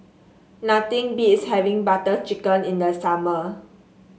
nothing beats having Butter Chicken in the summer